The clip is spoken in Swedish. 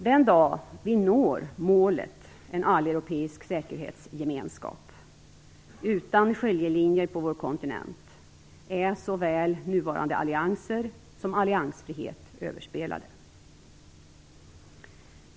Den dag vi når målet om en alleuropeisk säkerhetsgemenskap, utan skiljelinjer på vår kontinent, är såväl nuvarande allianser som alliansfrihet överspelade.